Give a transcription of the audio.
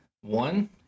one